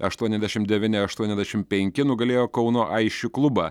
aštuoniasdešim devyni aštuoniasdešim penki nugalėjo kauno aisčių klubą